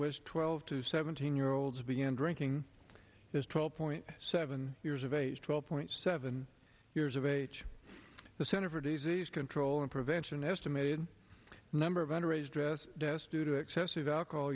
was twelve to seventeen year olds began drinking is twelve point seven years of age twelve point seven years of age the center for disease control and prevention estimated number of under age dress destitute of excessive alcohol